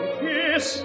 kiss